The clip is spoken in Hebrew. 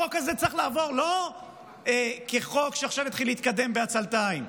החוק הזה צריך לעבור לא כחוק שעכשיו יתחיל להתקדם בעצלתיים,